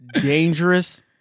dangerous